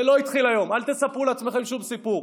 זה לא התחיל היום, אל תספרו לעצמכם שום סיפור.